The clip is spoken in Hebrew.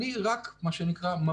אני רק ממליץ,